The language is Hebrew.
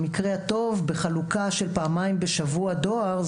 המקרה הטוב בחלוקה של פעמיים בשבוע דואר,